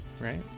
right